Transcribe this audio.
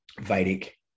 Vedic